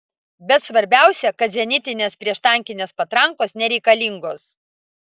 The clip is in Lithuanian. bet svarbiausia kad zenitinės prieštankinės patrankos nereikalingos